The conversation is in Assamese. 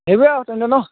সেইবোৰে আৰু তেন্তে ন'